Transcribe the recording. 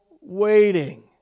waiting